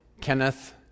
Kenneth